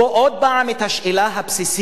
עוד פעם השאלה הבסיסית: